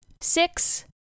Six